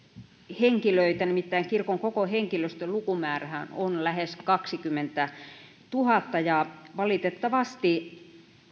henkilöitä nimittäin kirkon koko henkilöstölukumäärähän on lähes kaksikymmentätuhatta valitettavasti